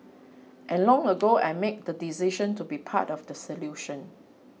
and long ago I made the decision to be part of the solution